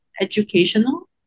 Educational